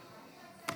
לא